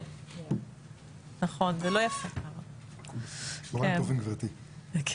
צהריים טובים, גברתי.